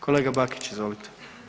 Kolega Bakić izvolite.